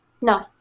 No